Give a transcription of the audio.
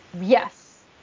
Yes